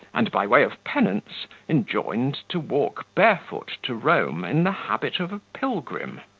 and, by way of penance, enjoined to walk barefoot to rome in the habit of a pilgrim.